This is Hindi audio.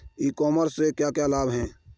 ई कॉमर्स से क्या क्या लाभ हैं?